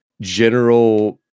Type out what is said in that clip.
general